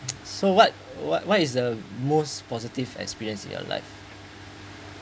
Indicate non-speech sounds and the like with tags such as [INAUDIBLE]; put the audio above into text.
[NOISE] so what what what is the most positive experience in your life